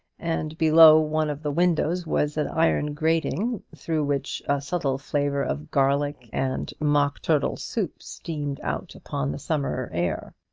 and below one of the windows was an iron grating, through which a subtle flavour of garlic and mock-turtle soup steamed out upon the summer air.